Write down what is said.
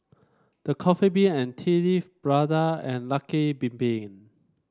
The Coffee Bean and Tea Leaf Prada and Lucky Bin Bin